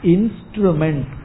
Instrument